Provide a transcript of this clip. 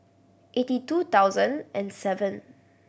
eighty two thousand and seven